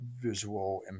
visual